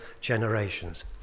generations